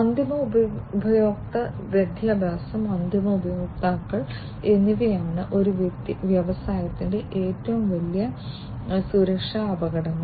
അന്തിമ ഉപയോക്തൃ വിദ്യാഭ്യാസം അന്തിമ ഉപയോക്താക്കൾ എന്നിവയാണ് ഒരു വ്യവസായത്തിന്റെ ഏറ്റവും വലിയ സുരക്ഷാ അപകടങ്ങൾ